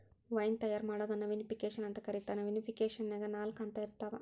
wine ತಯಾರ್ ಮಾಡೋದನ್ನ vinification ಅಂತ ಕರೇತಾರ, ವಿನಿಫಿಕೇಷನ್ನ್ಯಾಗ ನಾಲ್ಕ ಹಂತ ಇರ್ತಾವ